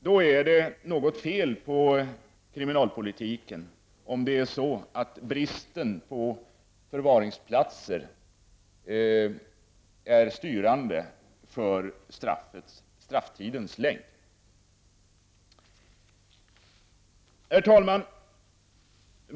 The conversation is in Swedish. Det är något fel på kriminalpolitiken om bristen på förvaringsplatser är styrande för strafftidens längd. Herr talman!